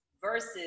versus